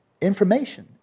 information